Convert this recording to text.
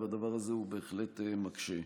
והדבר הזה בהחלט מקשה.